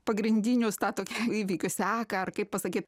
pagrindinius tą tokia įvykių seką ar kaip pasakyt